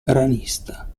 ranista